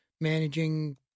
managing